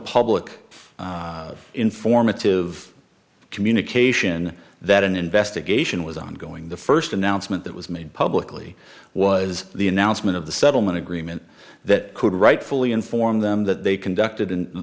public informative communication that an investigation was ongoing the first announcement that was made publicly was the announcement of the settlement agreement that could rightfully inform them that they conducted